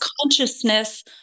consciousness